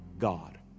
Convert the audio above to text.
God